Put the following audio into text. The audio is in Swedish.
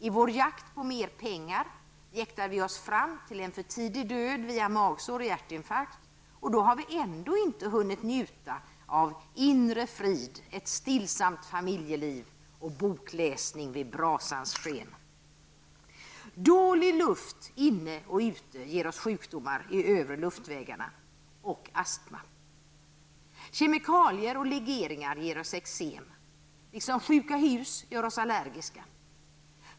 I vår jakt på mer pengar jäktar vi oss fram till en för tidig död via magsår och hjärtinfarkt, och då har vi ändå inte hunnit njuta av inre frid, ett stillsamt familjeliv och bokläsning vid brasans sken. Dålig luft inne och ute ger oss sjukdomar i de övre luftvägarna och astma. Kemikalier och legeringar ger oss eksem, liksom sjuka hus gör oss allergiska.